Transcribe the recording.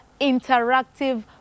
interactive